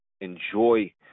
enjoy